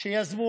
שיזמו